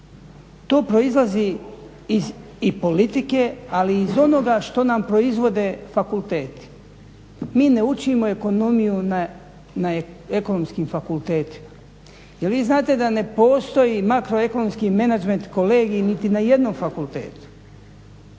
to proizlazi iz i politike, ali i iz onoga što nam proizvode fakulteti. Mi ne učimo ekonomiju na ekonomskim fakultetima. Jel vi znate da ne postoji makroekonomski menadžment, kolegij niti na jednom fakultetu?